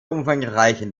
umfangreichen